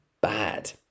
bad